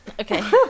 Okay